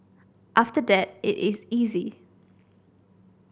after that it is easy